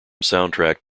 soundtrack